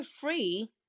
free